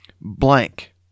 blank